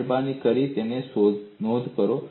મહેરબાની કરીને તેની નોંધ કરો